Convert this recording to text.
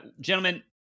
Gentlemen